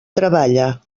treballa